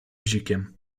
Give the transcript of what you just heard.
bzikiem